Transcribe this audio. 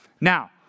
Now